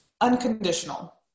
unconditional